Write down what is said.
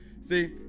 See